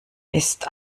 ist